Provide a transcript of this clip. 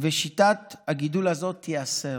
ושיטת הגידול הזאת תיאסר,